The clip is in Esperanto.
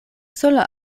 sola